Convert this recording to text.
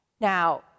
Now